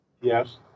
Yes